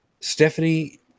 Stephanie